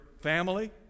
family